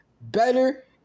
better